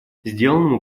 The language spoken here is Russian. сделанному